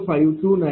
9662712 0